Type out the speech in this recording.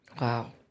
Wow